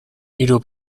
hiru